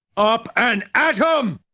up! and atom!